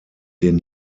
den